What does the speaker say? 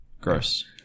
gross